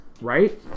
right